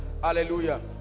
Hallelujah